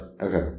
Okay